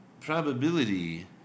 probability